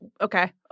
Okay